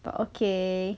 but gay